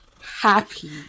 happy